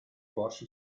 porsche